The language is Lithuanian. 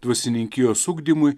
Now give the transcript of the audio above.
dvasininkijos ugdymui